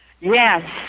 Yes